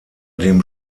dem